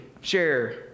share